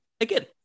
again